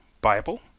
Bible